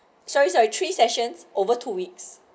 sorry sorry three sessions over two weeks